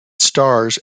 stars